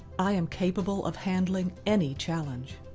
i am capable of handling any challenge.